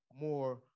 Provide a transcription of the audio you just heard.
more